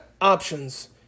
options